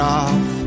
off